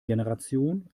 generation